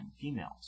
females